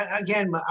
again